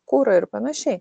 kurą ir panašiai